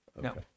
No